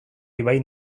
ibai